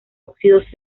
óxidos